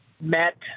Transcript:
met